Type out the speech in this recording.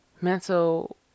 mental